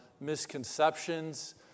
misconceptions